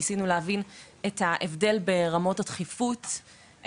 ניסינו להבין את ההבדל ברמות הדחיפות,